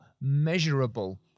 measurable